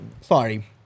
Sorry